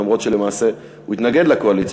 אף שלמעשה הוא התנגד לקואליציה,